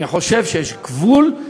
אני חושב שיש גבול,